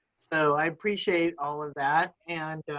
so i appreciate all of that. and,